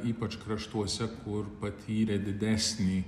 ypač kraštuose kur patyrė didesnį